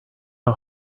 how